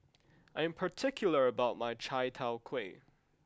I am particular about my Chai Tow Kuay